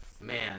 man